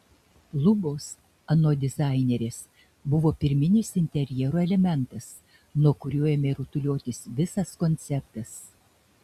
lubos anot dizainerės buvo pirminis interjero elementas nuo kurio ėmė rutuliotis visas konceptas